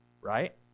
Right